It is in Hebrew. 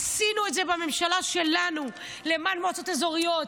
עשינו את זה בממשלה שלנו למען מועצות אזוריות,